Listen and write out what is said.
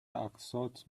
اقساط